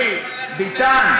חברי ביטן.